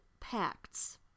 pacts